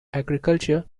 agriculture